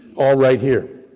all right here.